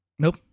Nope